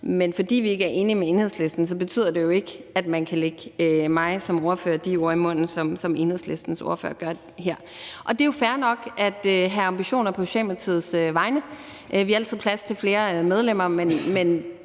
bare fordi vi ikke er enige med Enhedslisten, betyder det jo ikke, at man kan lægge mig som ordfører de ord i munden, som Enhedslistens ordfører gør her. Det er fair nok at have ambitioner på Socialdemokratiets vegne – vi har altid plads til flere medlemmer – men